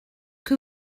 que